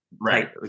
Right